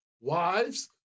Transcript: Wives